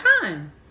time